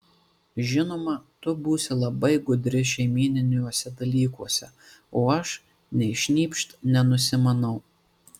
žinoma tu būsi labai gudri šeimyniniuose dalykuose o aš nei šnypšt nenusimanau